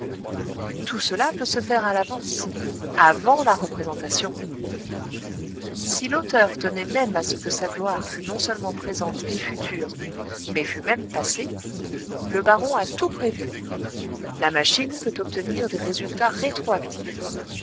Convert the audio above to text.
tout cela peut se faire à l'avance avant la représentation si l'auteur tenait même à ce que sa gloire fût non seulement présente et future mais fût même passée le baron a tout prévu la machine peut obtenir des résultats rétroactifs